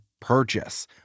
purchase